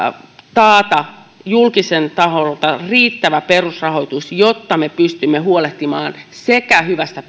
taata julkiselta taholta riittävä perusrahoitus jotta me pystymme huolehtimaan sekä hyvästä